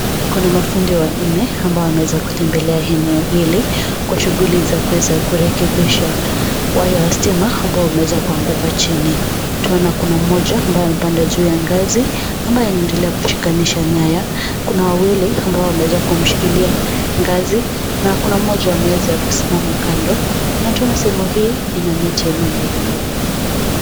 Kuna mafundi wanne ambao wameweza kutembelea eneo hili kwa shughuli za kuweza kurekebisha waya wa stima ambao umeweza kuanguka chini. Tunaona kuna mmoja ambaye amepanda juu ya ngazi, ambaye anaendelea kushikanisha nyaya. Kuna wawili ambao wameweza kumshikilia ngazi. Na kuna mmoja ameweza kusimama kando. Na tunaona sehemu hii ina miti ya aina mbalimbali.